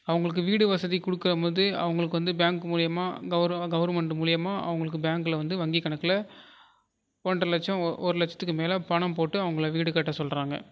அவங்களுக்கு வீடு வசதி கொடுக்கம் போது அவங்களுக்கு வந்து பேங்க் மூலமா கவர்மெண்ட் மூலிமா அவங்களுக்கு பேங்க்கில் வந்து வங்கி கணக்கில் ஒன்றரை லட்சம் ஒரு லட்சத்துக்குமேல் பணம் போட்டு அவங்கள வீடு கட்ட சொல்கிறாங்க